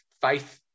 faith